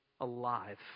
alive